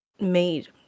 made